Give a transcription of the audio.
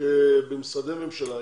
שבמשרדי ממשלה,